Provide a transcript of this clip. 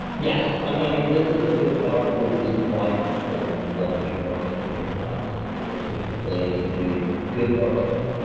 yes, um i mean, this is a big part of the reason why people want to work at the new york times is because we're clearly doing good work here.